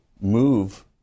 move